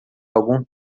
algum